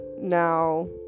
now